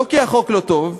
לא כי החוק לא טוב.